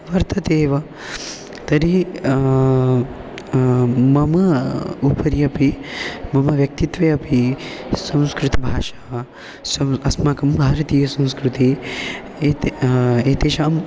वर्तते एव तर्हि मम उपरि अपि मम व्यक्तित्वे अपि संस्कृतभाषा सं अस्माकं भारतीयसंस्कृतिः एते एतेषां